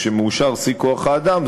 כשמאושר שיא כוח-האדם,